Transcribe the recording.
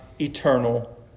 eternal